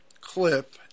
clip